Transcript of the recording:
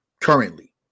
currently